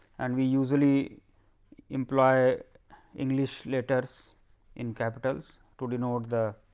and we usually imply english letters in capital to denote the